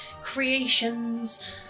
creations